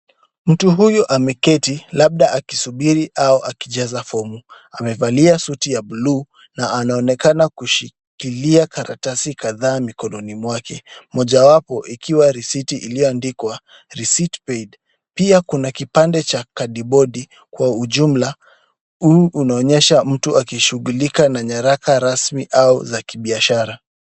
Mtu huyu ameketi labda akisubiri au akijaza fomu, amevalia suti ya buluu na anaonekana kushikilia karatasi kadhaa mikononi mwake, mojawapo ikiwa risiti iliyoandikwa receipt paid , pia kuna kipande cha kadibodi, kwa ujumla huu unaonyesha mtu akishughulika na nyaraka rasmi au za kibiashara.